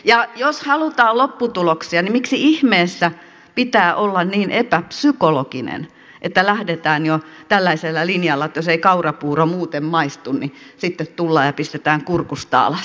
ja jos halutaan lopputuloksia niin miksi ihmeessä pitää olla niin epäpsykologinen että lähdetään jo tällaisella linjalla että jos ei kaurapuuro muuten maistu niin sitten tullaan ja pistetään kurkusta alas